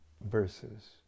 verses